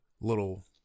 little